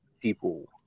people